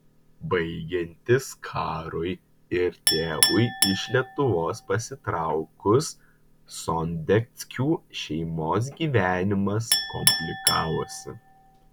baigiantis karui ir tėvui iš lietuvos pasitraukus sondeckių šeimos gyvenimas komplikavosi